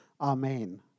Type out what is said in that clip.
amen